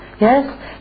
yes